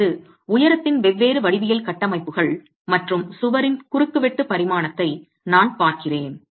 அதாவது உயரத்தின் வெவ்வேறு வடிவியல் கட்டமைப்புகள் மற்றும் சுவரின் குறுக்கு வெட்டு பரிமாணத்தை நான் பார்க்கிறேன்